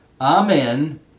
amen